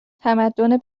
تمدن